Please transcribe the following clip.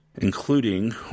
including